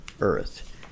earth